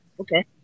Okay